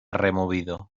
removido